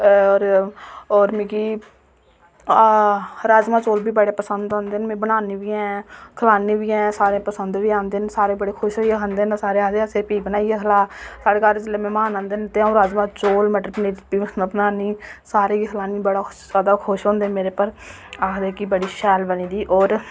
ओर मिगी राजमांह् चौल बी बडे पसंद होंदे न में बनान्नी बी आं खलान्नी बी आं सारे गी पसंद बी औंदे न सारे बडे खुश होई खंदे न ते सारे आखदे असें गी एह् बी बनाइयै खला साढे घर जेल्लै मैहमान औंदे न ते अऊं राजमांह् चौल मटर पनीर बनान्नी सारें गी खलान्नी बडा सुआदला ते सारे खुश होंदे मेरे कोला आखदे कि बडी शैल बनी दी